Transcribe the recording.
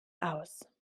aus